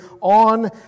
on